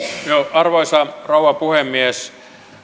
arvoisa rouva puhemies